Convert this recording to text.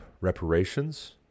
reparations